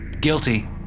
Guilty